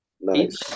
Nice